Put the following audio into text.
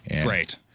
great